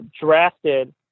drafted